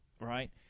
Right